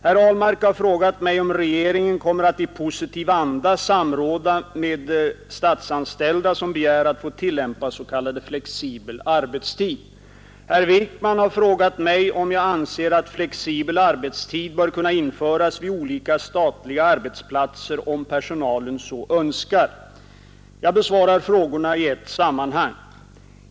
Herr Ahlmark har frågat mig om regeringen kommer att i positiv anda samråda med statsanställda som begär att få tillämpa s.k. flexibel arbetstid. Herr Wijkman har frågat mig om jag anser att flexibel arbetstid bör kunna införas vid olika statliga arbetsplatser, om personalen så önskar. Jag besvarar frågorna i ett sammanhang.